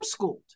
homeschooled